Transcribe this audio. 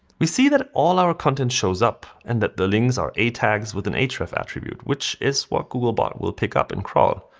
we see that all our content shows up and that the links are a tags with an href attribute, which is what google bot will pick up and crawl.